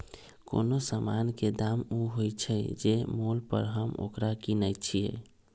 कोनो समान के दाम ऊ होइ छइ जे मोल पर हम ओकरा किनइ छियइ